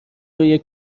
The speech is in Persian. روی